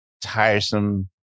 tiresome